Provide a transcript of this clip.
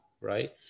right